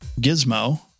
Gizmo